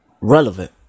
Relevant